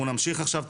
אנחנו נמשיך את